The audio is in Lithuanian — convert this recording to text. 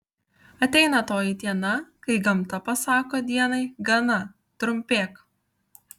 ateina toji diena kai gamta pasako dienai gana trumpėk